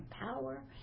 power